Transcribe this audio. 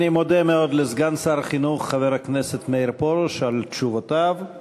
אני מודה מאוד לסגן שר החינוך חבר הכנסת מאיר פרוש על תשובותיו על